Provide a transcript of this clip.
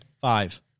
Five